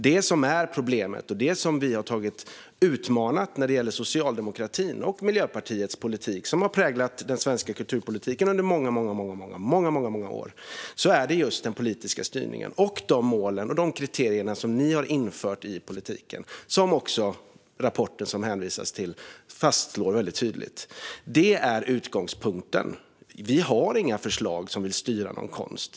Det som är problemet, och det som vi har utmanat Socialdemokraterna och Miljöpartiet om eftersom deras politik har präglat den svenska kulturpolitiken i många, många år, är just den politiska styrningen, de mål och de kriterier som de partierna har fört in i politiken. Det fastslås också väldigt tydligt i rapporten som det har hänvisats till. Det är utgångspunkten. Sverigedemokraterna har inga förslag som vill styra någon konst.